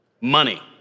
Money